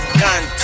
gun